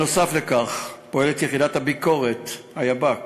נוסף על כך פועלת יחידת הביקורת, היב"ק.